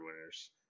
winners